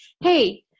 Hey